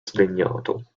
sdegnato